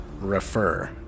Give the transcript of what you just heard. refer